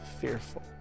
fearful